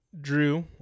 Drew